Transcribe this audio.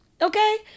Okay